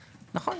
נכון,